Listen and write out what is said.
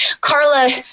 Carla